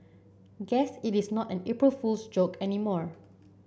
guess it is not an April Fool's joke anymore